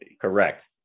Correct